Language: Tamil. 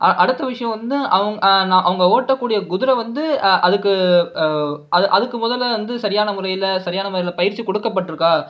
அடுத்த விஷயம் வந்து அவங்க ஓட்டக்கூடிய குதிரை வந்து அதுக்கு அதுக்கு முதல்ல வந்து சரியான முறையில் சரியான முறையில் பயிற்சி கொடுக்கப்பட்டுருக்கா